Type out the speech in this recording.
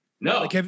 No